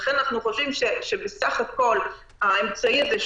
ולכן אנחנו חושבים שבסך הכול האמצעי הזה,